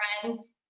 friends